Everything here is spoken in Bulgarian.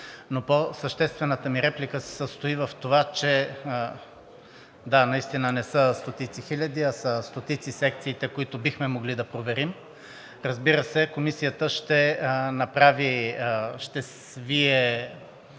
Но по-съществената ми реплика се състои в това, че да, наистина не са стотици хиляди, а са стотици секциите, които бихме могли да проверим. Разбира се, Комисията ще свие